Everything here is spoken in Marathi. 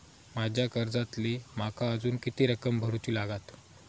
माझ्या कर्जातली माका अजून किती रक्कम भरुची लागात?